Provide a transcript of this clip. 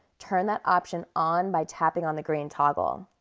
turn that option on by tapping on the green toggle.